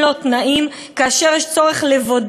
אי-אפשר להתהפך,